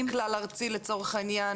--- אין מוקד כלל-ארצי לצורך העניין?